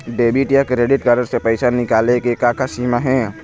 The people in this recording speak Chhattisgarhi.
डेबिट या क्रेडिट कारड से पैसा निकाले के का सीमा हे?